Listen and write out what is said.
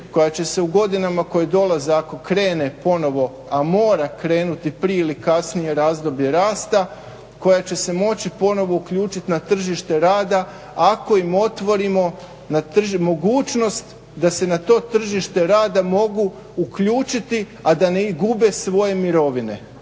koja će se u godinama koje dolaze ako krene ponovo, a mora krenuti prije ili kasnije razdoblje rasta koja će se moći ponovo uključiti na tržište rada ako im otvorimo mogućnost da se na to tržište rada mogu uključiti, a da ne gube svoje mirovine,